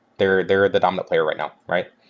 they're they're the dominant player right now, right?